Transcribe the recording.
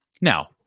Now